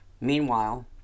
Meanwhile